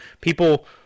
people